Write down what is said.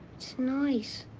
it's noise.